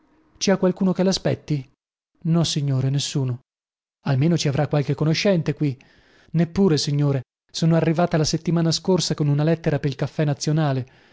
ha qualcuno che laspetti nossignore nessuno almeno ci avrà qualche conoscente qui neppure signore sono arrivata la settimana scorsa da alessandria con una lettera pel